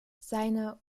seine